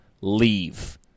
leave